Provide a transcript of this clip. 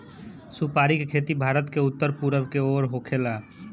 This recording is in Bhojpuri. सुपारी के खेती भारत के उत्तर पूरब के ओर होखेला